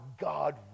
God